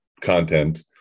content